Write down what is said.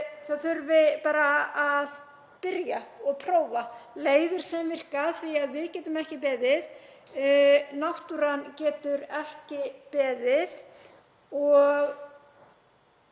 það þurfi bara að byrja og prófa leiðir sem virka því að við getum ekki beðið. Náttúran getur ekki beðið. Ég